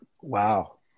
wow